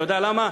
אתה יודע למה?